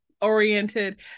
Oriented